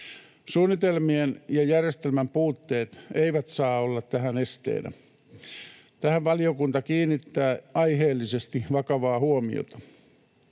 Suunnitelmien ja järjestelmän puutteet eivät saa olla tässä esteenä. Tähän valiokunta kiinnittää aiheellisesti vakavaa huomiota.